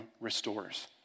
restores